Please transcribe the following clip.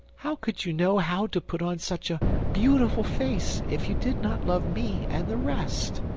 how could you know how to put on such a beautiful face if you did not love me and the rest?